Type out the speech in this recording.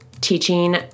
teaching